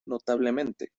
notablemente